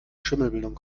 schimmelbildung